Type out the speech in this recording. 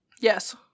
yes